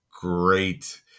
great